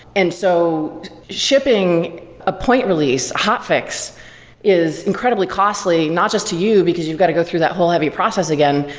and so shipping a point release, hotfix is incredibly costly not just to you, because you've got to go through that whole heavy process again,